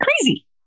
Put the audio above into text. crazy